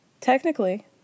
Technically